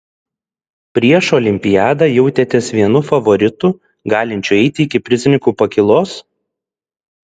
prieš olimpiadą jautėtės vienu favoritų galinčiu eiti iki prizininkų pakylos